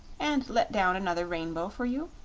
and let down another rainbow for you?